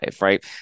right